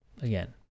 again